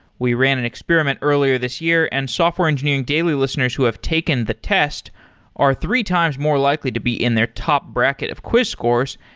we ran an experiment earlier this year and software engineering daily listeners who have taken the test are three times more likely to be in their top bracket of quiz scores.